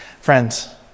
Friends